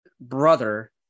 brother